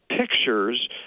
pictures